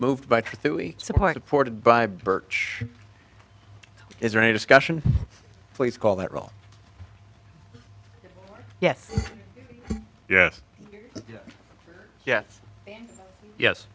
ported by burch is there any discussion please call that role yes yes yes yes yes